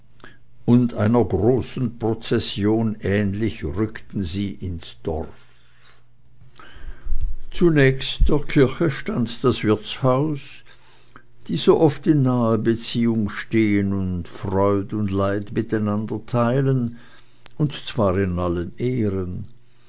und einer großen prozession ähnlich rückten sie ins dorf zunächst der kirche stand das wirtshaus die so oft in naher beziehung stehen und freud und leid miteinander teilen und zwar in allen ehren